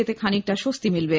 এতে খানিকটা স্বস্তি মিলল